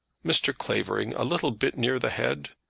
mr. clavering, a little bit near the head?